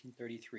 1933